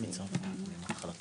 ננעלה בשעה 10:57.